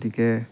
গতিকে